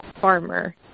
farmer